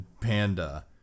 panda